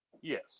yes